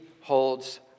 holds